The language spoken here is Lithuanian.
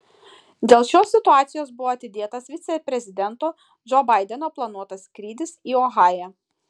dėl šios situacijos buvo atidėtas viceprezidento džo baideno planuotas skrydis į ohają